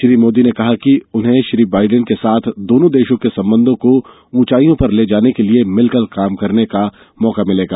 श्री मोदी ने कहा कि उन्हें श्री बाइडेन के साथ दोनों देशों के संबंधों को ऊँचाईयों पर ले जाने के लिए मिलकर काम करने का मौका मिलेगा